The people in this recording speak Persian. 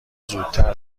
زودتر